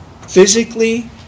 physically